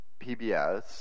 PBS